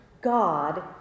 God